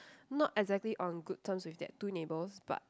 not exactly on good terms with that two neighbours but